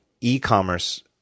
e-commerce